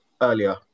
earlier